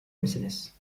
misiniz